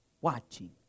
watching